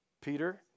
Peter